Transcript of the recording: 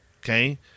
okay